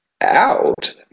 out